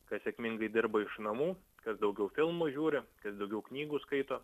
kas sėkmingai dirba iš namų kas daugiau filmų žiūriu kas daugiau knygų skaito